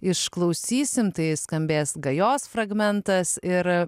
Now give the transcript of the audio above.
išklausysime tai skambės gajos fragmentas ir